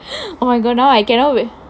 oh my god now I cannot with